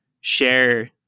share